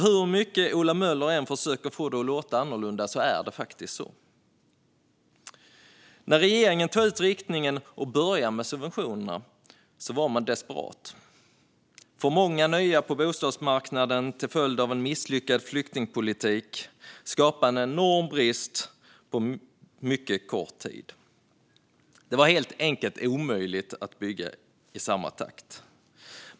Hur mycket Ola Möller än försöker få det att låta annorlunda är det faktiskt så. När regeringen tog ut riktningen och började med subventionerna var man desperat. För många nya på bostadsmarknaden till följd av en misslyckad flyktingpolitik skapade en enorm brist på mycket kort tid. Det var helt enkelt omöjligt att bygga i samma takt.